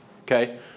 Okay